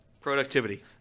Productivity